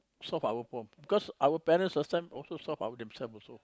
solve our problem cause our parents last time also solve out themselves also